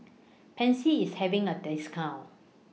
Pansy IS having A discount